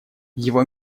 его